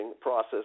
process